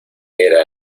era